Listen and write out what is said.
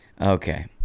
Okay